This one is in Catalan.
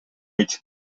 mig